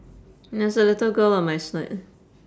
there's a little girl on my slide